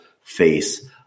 face